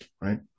Right